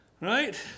right